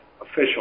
official